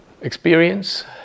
experience